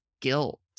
guilt